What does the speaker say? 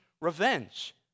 revenge